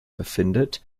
befindet